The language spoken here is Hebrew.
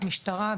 המשטרה,